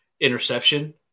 interception